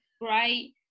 great